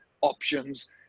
options